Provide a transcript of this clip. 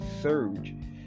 surge